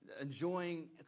Enjoying